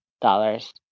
dollars